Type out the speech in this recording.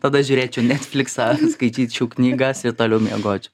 tada žiūrėčiau netfliksą skaityčiau knygas ir toliau miegočiau